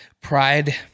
Pride